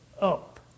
up